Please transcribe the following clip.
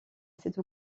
cette